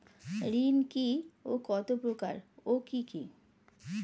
ঋণ কি ও কত প্রকার ও কি কি?